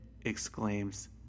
exclaims